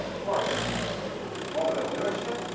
plus moment of inertia